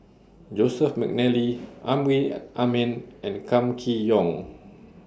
Joseph Mcnally Amrin Amin and Kam Kee Yong